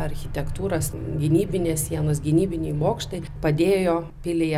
architektūros gynybinės sienos gynybiniai bokštai padėjo piliai